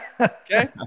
Okay